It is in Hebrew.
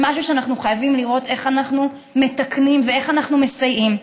זה משהו שאנחנו חייבים לראות איך אנחנו מתקנים ואיך אנחנו מסייעים.